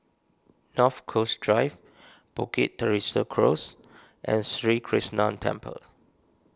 North Coast Drive Bukit Teresa Close and Sri Krishnan Temple